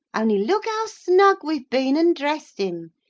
only look how snug we've been and dressed him.